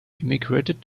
immigrated